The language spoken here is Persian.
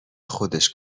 خودش